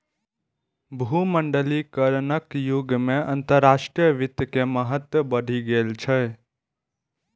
भूमंडलीकरणक युग मे अंतरराष्ट्रीय वित्त के महत्व बढ़ि गेल छै